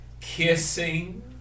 Kissing